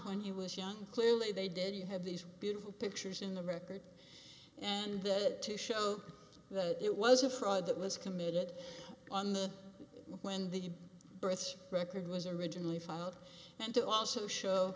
when he was young clearly they did you have these beautiful pictures in the record and to show that it was a fraud that was committed on the when the birth record was originally filed and to also show